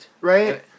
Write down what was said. Right